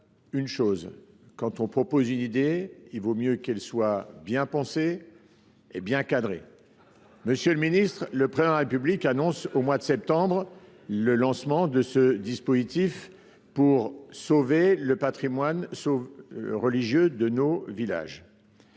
une chose : quand on propose une idée, mieux vaut qu’elle soit bien pensée et bien cadrée ! Monsieur le ministre, la Président de la République a annoncé au mois de septembre le lancement de ce dispositif pour sauver le patrimoine religieux de nos villages.